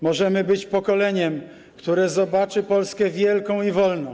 Możemy być pokoleniem, które zobaczy Polskę wielką i wolną.